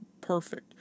perfect